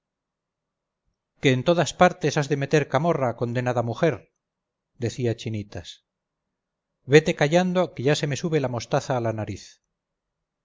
en todas partes has de meter camorra condenada mujer decía chinitas vete callando que ya se me sube la mostaza a la nariz